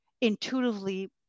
intuitively